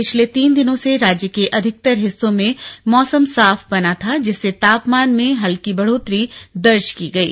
पिछले तीन दिनों से राज्य के अधिकतर हिस्सों में मौसम साफ बना था जिससे तापमान में हल्की बढ़ोतरी दर्ज की गई